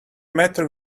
matter